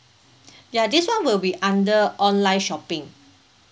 ya this [one] will be under online shopping